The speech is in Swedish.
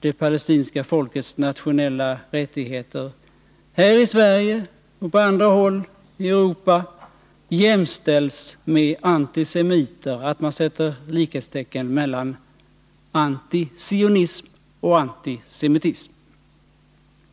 det palestinska folkets nationella rättigheter här i Sverige och på andra håll i Europa jämställs med antisemiter — att man sätter likhetstecken mellan antisionism och antisemitism.